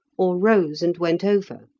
or rose and went over.